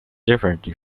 differently